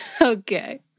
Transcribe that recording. Okay